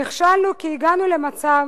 נכשלנו כי הגענו למצב